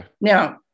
Now